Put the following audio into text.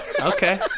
Okay